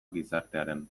gizartearen